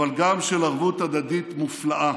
אבל גם של ערבות הדדית מופלאה.